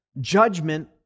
judgment